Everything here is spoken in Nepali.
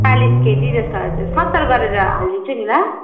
चालिस केजी जस्तो हजुर सत्तर गरेर हालिदिन्छु नि ल